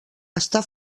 està